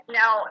now